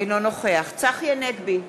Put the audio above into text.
אינו נוכח צחי הנגבי,